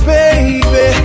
baby